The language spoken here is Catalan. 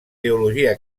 teologia